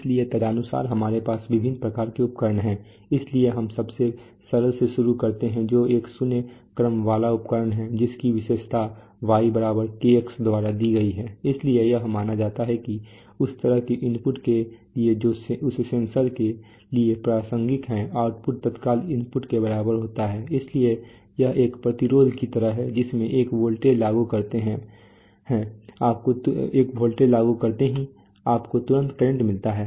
इसलिए तदनुसार हमारे पास विभिन्न प्रकार के उपकरण हैं इसलिए हम सबसे सरल से शुरू करते हैं जो एक शून्य क्रम वाला उपकरण है जिसकी विशेषता y Kx द्वारा दी गई है इसलिए यह माना जाता है कि उस तरह के इनपुट के लिए जो उस सेंसर के लिए प्रासंगिक हैं आउटपुट तत्काल इनपुट के बराबर होता है इसलिए यह एक प्रतिरोध की तरह है जिसमें एक वोल्टेज लागू करते हैं ही आपको तुरंत करंट मिलता है